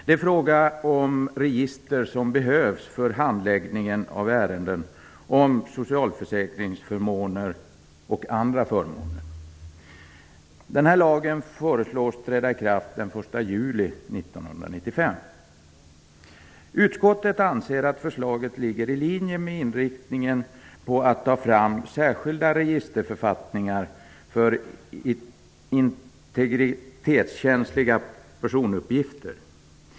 Det är fråga om register som behövs för handläggningen av ärenden om socialförsäkringsförmåner och andra förmåner. Utskottet anser att förslaget ligger i linje med inriktningen att ta fram särskilda registerförfattningar för integritetskänsliga personuppgifter.